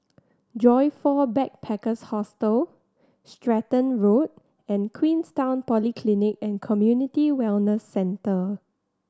Joyfor Backpackers' Hostel Stratton Road and Queenstown Polyclinic and Community Wellness Centre